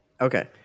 Okay